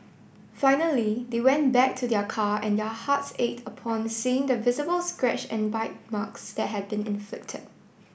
finally they went back to their car and their hearts ached upon seeing the visible scratch and bite marks that had been inflicted